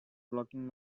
blocking